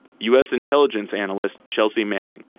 us intelligence analyst chelsea manning.